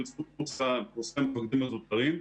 קורסי המפקדים הזוטרים,